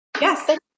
Yes